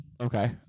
Okay